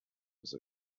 was